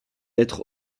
être